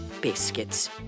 biscuits